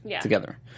together